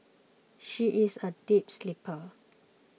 she is a deep sleeper